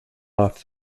off